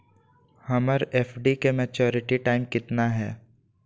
हमर एफ.डी के maturity time कितना है?